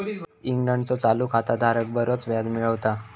इंग्लंडचो चालू खाता धारक बरोच व्याज मिळवता